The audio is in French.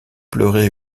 pleurer